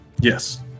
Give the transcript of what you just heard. Yes